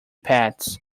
pets